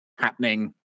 happening